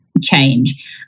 change